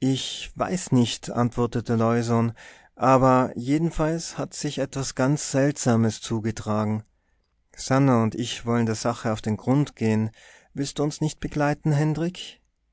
ich weiß nicht antwortete leusohn aber jedenfalls hat sich etwas ganz seltsames zugetragen sannah und ich wollen der sache auf den grund gehen willst du uns nicht begleiten hendrik